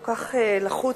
כל כך לחוץ.